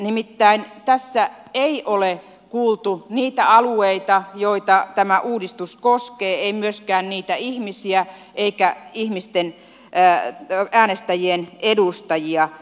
nimittäin tässä ei ole kuultu niitä alueita joita tämä uudistus koskee ei myöskään niitä ihmisiä eikä äänestäjien edustajia